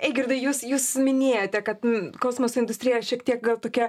eigirdai jūs jūs minėjote kad kosmoso industrija šiek tiek gal tokia